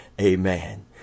Amen